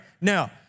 Now